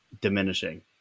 diminishing